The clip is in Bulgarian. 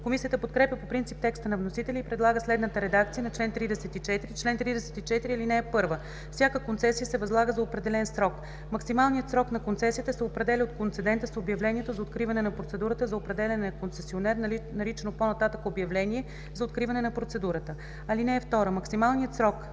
Комисията подкрепя по принцип текста на вносителя и предлага следната редакция на чл. 34: „Чл. 34. (1) Всяка концесия се възлага за определен срок. Максималният срок на концесията се определя от концедента с обявлението за откриване на процедурата за определяне на концесионер, наричано по-нататък „обявление за откриване на процедурата“. (2) Максималният срок